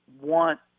want